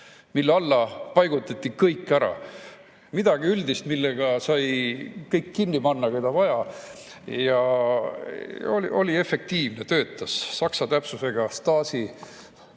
mille alla paigutati kõik ära: midagi üldist, millega sai kinni panna kõik, keda vaja. See oli efektiivne, töötas saksa täpsusega. Stasi